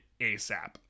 ASAP